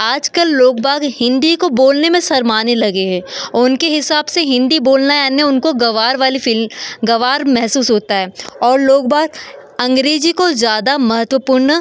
आजकल लोग बाग हिन्दी को बोलने में शर्माने लगे हैं उनके हिसाब से हिन्दी बोलना यानि उनको गँवार वाली फ़ील गँवार महसूस होता है और लोग बाहर अंग्रेजी को ज़्यादा महत्वपूर्ण